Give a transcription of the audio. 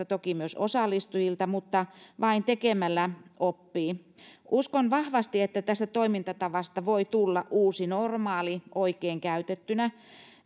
toki myös osallistujilta mutta vain tekemällä oppii uskon vahvasti että tästä toimintatavasta voi tulla uusi normaali oikein käytettynä